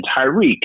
Tyreek